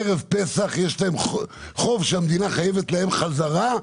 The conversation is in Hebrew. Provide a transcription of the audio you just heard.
ובערב פסח יש להם חוב שהמדינה חייבת להם בחזרה,